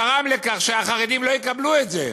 גרם לכך שהחרדים לא יקבלו את זה.